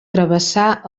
travessà